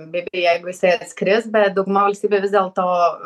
bet jau jeigu jisai atskris bet dauguma valstybių vis dėlto